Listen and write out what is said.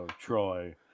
Troy